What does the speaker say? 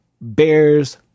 bears